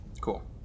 cool